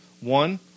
One